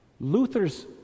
Luther's